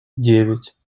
девять